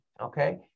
Okay